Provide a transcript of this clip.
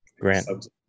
grant